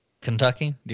Kentucky